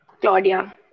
Claudia